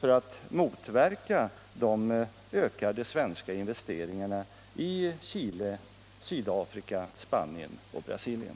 för att motverka de ökade svenska investeringarna i Chile, Sydafrika, Spanien och Brasilien?